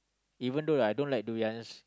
even though I don't like durians